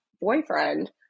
boyfriend